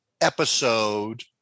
episode